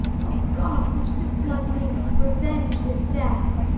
o god, which this blood mad'st, revenge his death!